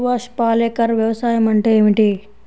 సుభాష్ పాలేకర్ వ్యవసాయం అంటే ఏమిటీ?